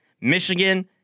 Michigan